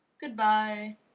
goodbye